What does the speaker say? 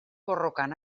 borrokan